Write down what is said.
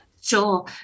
Sure